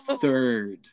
third